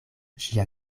ŝia